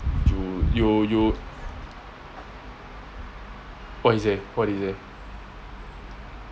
you you what you say what did you say